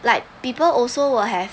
like people also will have